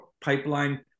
pipeline